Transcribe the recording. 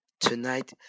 Tonight